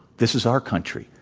this is our country.